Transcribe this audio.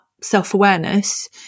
self-awareness